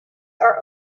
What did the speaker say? are